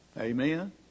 Amen